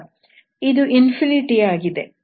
ಇದು ಆಗಿದೆ